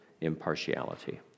impartiality